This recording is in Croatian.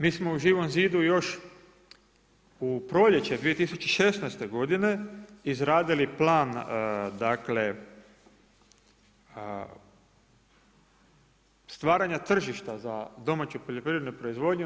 Mi smo u Živom zidu još u proljeće 2016. godine izradili plan, dakle stvaranja tržišta za domaću poljoprivrednu proizvodnju.